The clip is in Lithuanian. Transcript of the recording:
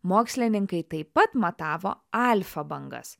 mokslininkai taip pat matavo alfa bangas